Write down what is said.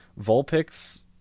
vulpix